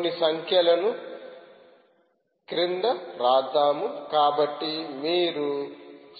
కొన్ని సంఖ్యలను క్రింద రాద్దాము కాబట్టి మీరు